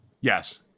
Yes